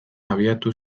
abiatu